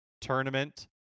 tournament